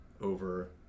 over